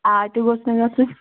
آ تہِ گوٚژھ نہٕ گژھُن